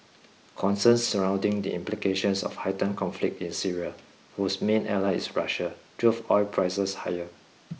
concerns surrounding the implications of heightened conflict in Syria whose main ally is Russia drove oil prices higher